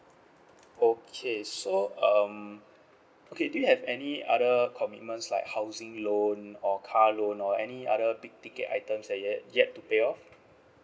okay so um okay do you have any other commitments like housing loan or car loan or any other big ticket items that yet yet to pay off